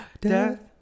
Death